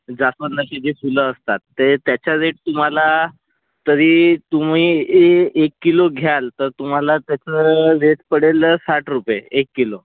जास्वंदाची जे फुलं असतात ते त्याच्या रेट तुम्हाला तरी तुम्ही ए एक किलो घ्याल तर तुम्हाला त्याचं रेट पडेल साठ रुपये एक किलो